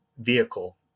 vehicle